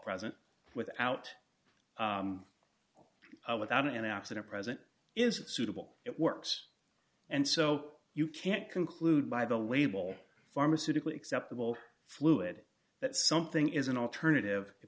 present without without an accident present is suitable it works and so you can't conclude by the label pharmaceutical acceptable fluid that something is an alternative if